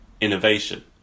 innovation